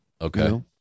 Okay